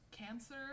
Cancer